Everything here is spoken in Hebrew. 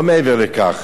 לא מעבר לכך.